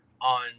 On